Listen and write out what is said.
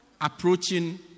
approaching